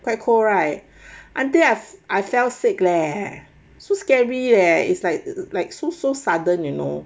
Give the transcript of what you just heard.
quite cool right until I I fell sick leh so scary leh is like like so sudden you know